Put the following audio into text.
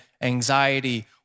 anxiety